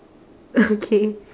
okay